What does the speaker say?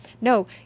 No